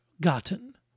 gotten